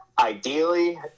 ideally